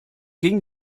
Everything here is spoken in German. ging